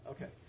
Okay